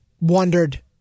wondered